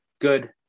good